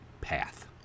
path